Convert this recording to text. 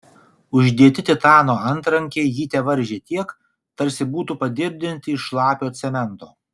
uždėti titano antrankiai jį tevaržė tiek tarsi būtų padirbdinti iš šlapio cemento